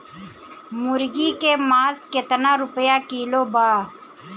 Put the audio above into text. मुर्गी के मांस केतना रुपया किलो बा?